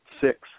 six